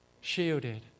shielded